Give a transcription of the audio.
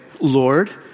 Lord